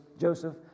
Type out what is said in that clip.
Joseph